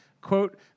quote